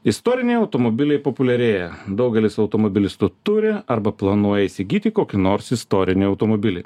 istoriniai automobiliai populiarėja daugelis automobilistų turi arba planuoja įsigyti kokį nors istorinį automobilį